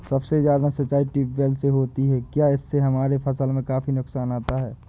सबसे ज्यादा सिंचाई ट्यूबवेल से होती है क्या इससे हमारे फसल में काफी नुकसान आता है?